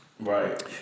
Right